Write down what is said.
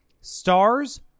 Stars